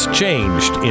changed